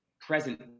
present